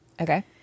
Okay